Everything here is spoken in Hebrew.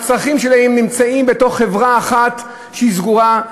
הצרכים שלהם, נמצאים בחברה אחת, שהיא סגורה,